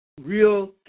real